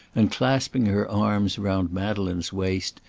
and, clasping her arms around madeleine's waist,